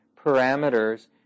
parameters